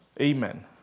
Amen